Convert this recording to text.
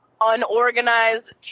unorganized